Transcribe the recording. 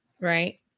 right